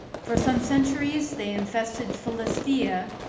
for some centuries they infested philistia,